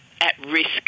at-risk